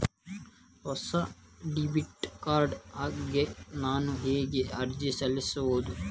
ಹೊಸ debit card ಗಾಗಿ ನಾನು ಹೇಗೆ ಅರ್ಜಿ ಸಲ್ಲಿಸುವುದು?